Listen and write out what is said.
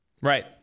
right